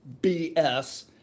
bs